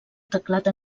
teclat